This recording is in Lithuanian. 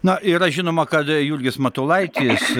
na yra žinoma kada jurgis matulaitis